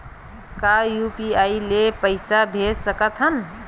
का यू.पी.आई ले पईसा भेज सकत हन?